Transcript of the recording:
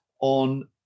on-